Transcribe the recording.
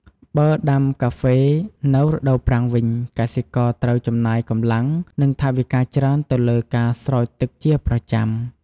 បើដាំកាហ្វេ នៅរដូវប្រាំងវិញ កសិករត្រូវចំណាយកម្លាំង និងថវិកាច្រើនទៅលើការស្រោចទឹកជាប្រចាំ។